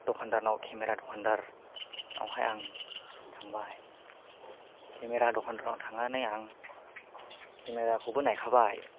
दखान्दारनाव camera दखानदारनाव हाय आं थांबाय केमेरा दखान्दारनाव थांनानै आं केमेराखौबो नायखाबाय